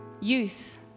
Youth